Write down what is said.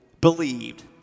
believed